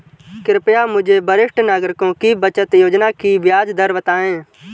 कृपया मुझे वरिष्ठ नागरिकों की बचत योजना की ब्याज दर बताएं